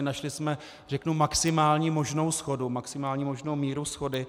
Našli jsme, řeknu, maximální možnou shodu, maximální možnou míru shody.